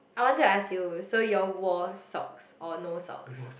I want to ask you so you all wore socks or no socks